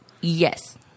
Yes